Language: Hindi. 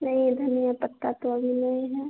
नहीं धनिया पत्ता तो अभी नहीं है